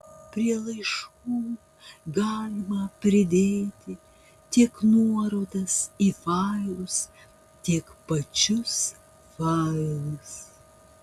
prie laiškų galima pridėti tiek nuorodas į failus tiek pačius failus